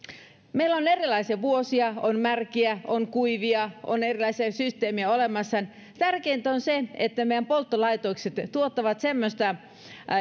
meillä on erilaisia vuosia on märkiä on kuivia ja on erilaisia systeemejä olemassa tärkeintä on se että meidän polttolaitokset tuottavat semmoista